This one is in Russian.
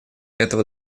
этого